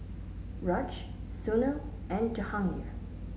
Raj Sunil and Jehangirr